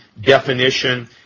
definition